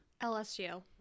LSU